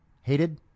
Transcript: hated